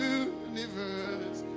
universe